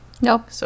Nope